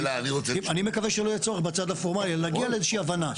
אני מקווה שלא יהיה צורך בצד הפורמלי אלא נגיע לאיזושהי הבנה.